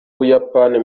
buyapani